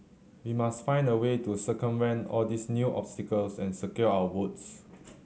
we must find a way to circumvent all these new obstacles and secure our votes